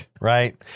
right